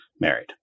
married